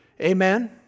Amen